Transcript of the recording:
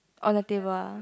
on the table ah